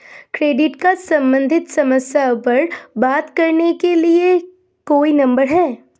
Credit card सम्बंधित समस्याओं पर बात करने के लिए कोई नंबर है?